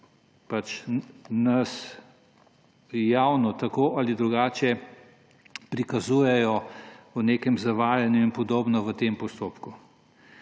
ki nas javno tako ali drugače prikazujejo v nekem zavajanju in podobno v tem postopku.